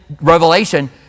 Revelation